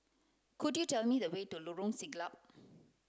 could you tell me the way to Lorong Siglap